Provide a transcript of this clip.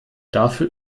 dafür